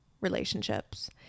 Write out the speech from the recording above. relationships